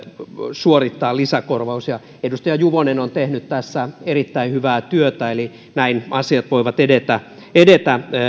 suorittaa lisäkorvaus ja edustaja juvonen on tehnyt tässä erittäin hyvää työtä eli näin asiat voivat edetä edetä